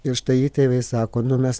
ir štai įtėviai sako nu mes